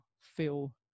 feel